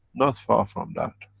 not far from that.